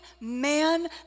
man